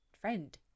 Friend